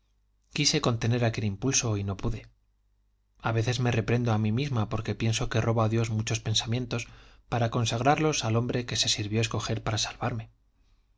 quise contener aquel impulso y no pude a veces me reprendo a mí misma porque pienso que robo a dios muchos pensamientos para consagrarlos al hombre que se sirvió escoger para salvarme